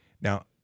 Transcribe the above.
Now